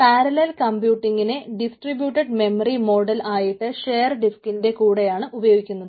parallel കമ്പ്യൂട്ടിങ്ങിനെ distributed memory model ആയിട്ട് share ഡിസ്കിന്റെ കൂടെയാണ് ഉപയോഗിക്കുന്നത്